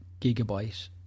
gigabyte